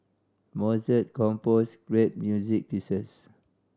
Mozart composed great music pieces